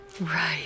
right